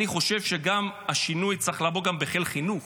אני חושב שהשינוי צריך לבוא גם בחיל חינוך,